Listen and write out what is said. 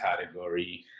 category